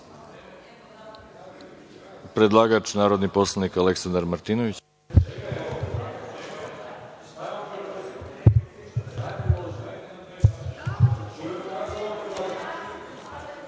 predlagač, narodni poslanik Aleksandar Martinović.(Marko